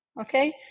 Okay